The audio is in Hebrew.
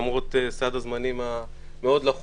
למרות סד הזמנים המאוד-לחוץ,